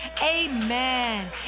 Amen